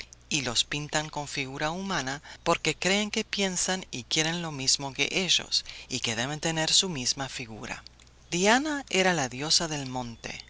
y los pintan con figura humana porque creen que piensan y quieren lo mismo que ellos y que deben tener su misma figura diana era la diosa del monte